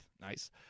Nice